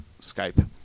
Skype